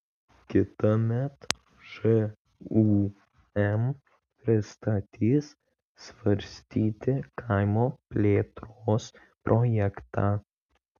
kitąmet žūm pristatys svarstyti kaimo plėtros projektą